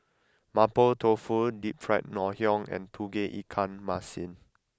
Mapo Tofu Deep Fried Ngoh Hiang and Tauge Ikan Masin